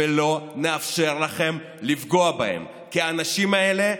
ולא נאפשר לכם לפגוע בהם, כי האנשים האלה,